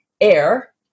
air